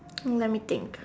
let me think